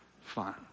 fine